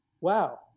wow